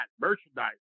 Merchandise